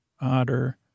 Otter